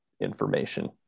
information